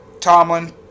Tomlin